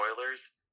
spoilers